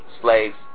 slaves